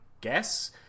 guess